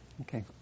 Okay